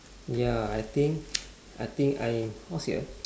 ya I think I think I how to say ah